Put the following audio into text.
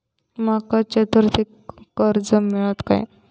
माका चतुर्थीक कर्ज मेळात काय?